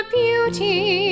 beauty